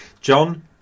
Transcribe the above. John